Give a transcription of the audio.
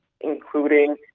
including